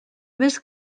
més